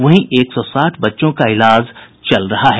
वहीं एक सौ साठ बच्चों का इलाज चल रहा है